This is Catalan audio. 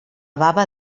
baba